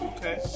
Okay